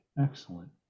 excellent